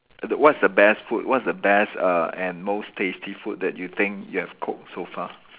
the what's the best food what's the best err and most tasty food that you think you have cooked so far